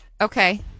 Okay